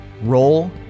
Roll